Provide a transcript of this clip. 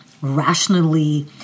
rationally